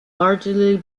largely